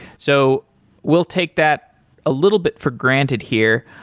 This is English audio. so we'll take that a little bit for granted here.